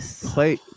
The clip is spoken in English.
play